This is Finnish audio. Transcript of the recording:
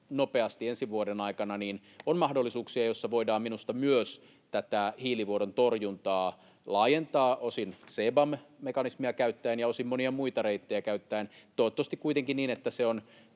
nopeasti jo ensi vuoden aikana, ovat mahdollisuuksia, joissa voidaan minusta myös tätä hiilivuodon torjuntaa laajentaa osin CBAM-mekanismia käyttäen ja osin monia muita reittejä käyttäen, toivottavasti kuitenkin niin, että se on